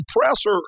compressor